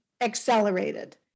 accelerated